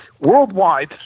worldwide